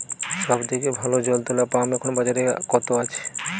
সব থেকে ভালো জল তোলা পাম্প এখন বাজারে কত আছে?